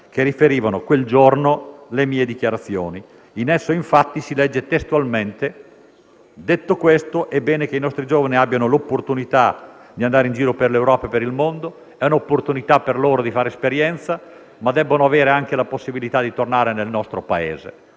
che riferivano, quel giorno, le mie dichiarazioni. In esso, infatti, si legge testualmente: «detto questo, è bene che i nostri giovani abbiano l'opportunità di andare in giro per l'Europa e per il mondo. È un'opportunità di fare la loro esperienza, ma debbono anche avere la possibilità di tornare nel nostro Paese.